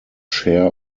share